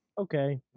okay